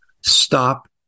Stop